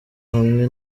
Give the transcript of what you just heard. hamwe